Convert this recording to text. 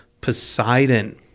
Poseidon